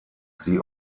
sie